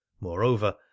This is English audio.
moreover